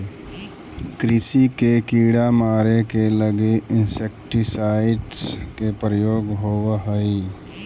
कृषि के कीड़ा के मारे के लगी इंसेक्टिसाइट्स् के प्रयोग होवऽ हई